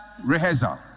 rehearsal